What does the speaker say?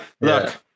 look